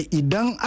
idang